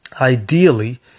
Ideally